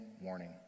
warning